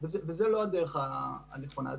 וזו לא הדרך הנכונה.